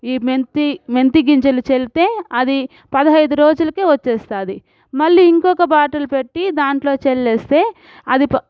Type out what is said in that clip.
ఈ మెంతి మెంతి గింజలు చల్లితే అది పదహైదు రోజులకే వచ్చేస్తుంది మళ్ళీ ఇంకొక బాటిల్ పెట్టి దాంట్లో చల్లేస్తే అది